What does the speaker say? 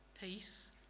peace